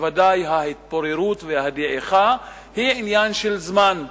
ודאי שההתפוררות והדעיכה הן עניין של זמן,